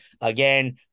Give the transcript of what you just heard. Again